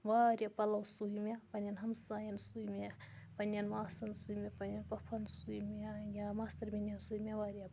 واریاہ پَلو سُوۍ مےٚ پنٛںٮ۪ن ہمسایَن سُوۍ مےٚ پنٛنٮ۪ن ماسَن سُوۍ مےٚ پنٛنٮ۪ن پۄپھَن سُوۍ مےٚ یا ماستٕر بیٚنٮ۪ن سُوۍ مےٚ واریاہ